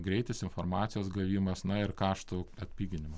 greitis informacijos gavimas na ir kaštų atpiginimas